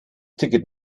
ticket